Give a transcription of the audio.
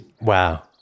Wow